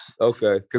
okay